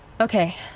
Okay